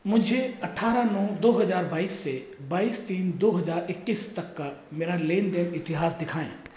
मुझे अट्ठारह नौ दो हज़ार बाईस से बाईस तीन दो हज़ार इक्कीस तक का मेरा लेन देन इतिहास दिखाएँ